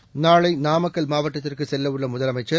seconds நாளை நாமக்கல் மாவட்டத்திற்குச் செல்லவுள்ள முதலமைச்சர்